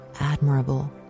admirable